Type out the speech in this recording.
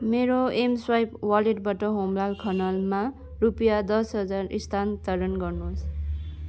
मेरो एमस्वाइप वालेटबट होमलाल खनालमा रुपियाँ दस हजार स्थानान्तरण गर्नुहोस्